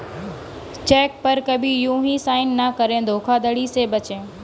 check पर कहीं भी यू हीं साइन न करें धोखाधड़ी से बचे